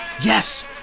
Yes